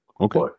Okay